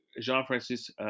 Jean-Francis